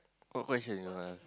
what question you wanna ask